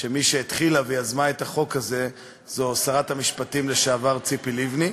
שמי שהתחילה ויזמה את החוק הזה זו שרת המשפטים לשעבר ציפי לבני,